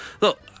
look